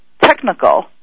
technical